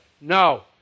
No